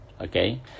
Okay